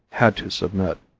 had to submit.